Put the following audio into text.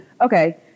Okay